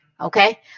okay